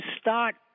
start